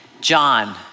John